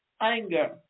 anger